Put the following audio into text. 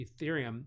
Ethereum